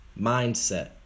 mindset